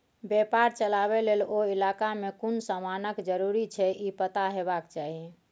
बेपार चलाबे लेल ओ इलाका में कुन समानक जरूरी छै ई पता हेबाक चाही